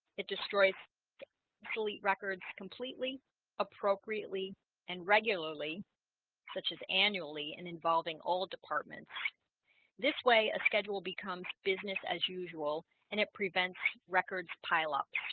it destroys obsolete records completely appropriately and regularly such as annually and involving all departments this way a schedule becomes business as usual and it prevents records pileup